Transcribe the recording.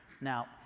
Now